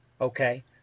okay